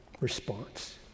response